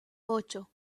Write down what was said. ocho